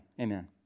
amen